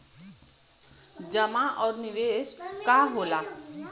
जमा और निवेश का होला?